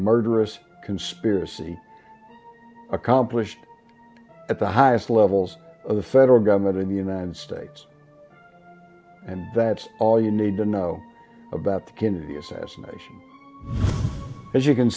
murderous conspiracy accomplished at the highest levels of the federal government in the united states and that's all you need to know about the